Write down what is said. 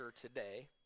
today